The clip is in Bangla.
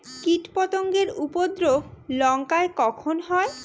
কীটপতেঙ্গর উপদ্রব লঙ্কায় কখন হয়?